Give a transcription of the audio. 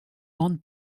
grande